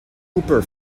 cooper